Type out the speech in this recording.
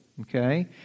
okay